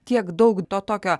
tiek daug to tokio